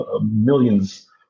millions